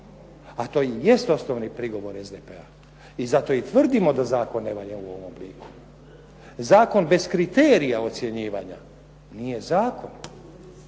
A to i jest osnovni prigovor SDP-a i zato i tvrdimo da zakon ne valja u ovom obliku. Zakon bez kriterija ocjenjivanja nije zakon.